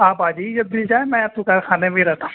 آپ با جی جب بھیل جائیں میں آپ ک خانے میں ہی رہتا ہوں